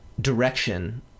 direction